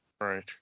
Right